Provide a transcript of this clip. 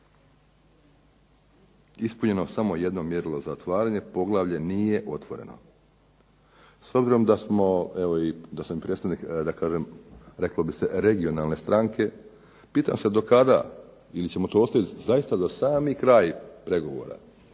Ispunjeno samo jedno mjerilo za otvaranje, poglavlje nije otvoreno. S obzirom da sam predstavnik regionalne stranke, pitam se do kada ili ćemo to ostaviti zaista za sami kraj pregovora